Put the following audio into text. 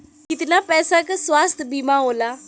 कितना पैसे का स्वास्थ्य बीमा होला?